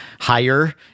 higher